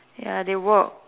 ya they work